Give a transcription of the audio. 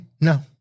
No